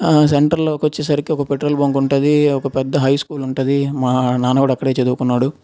సెంటర్లోకి వచ్చేసరికి ఒక పెట్రోల్ బంక్ ఉంటుంది ఒక పెద్ద హై స్కూల్ ఉంటుంది మా నాన్న కూడా అక్కడే చదువుకున్నాడు